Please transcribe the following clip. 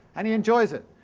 and he enjoys it.